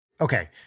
Okay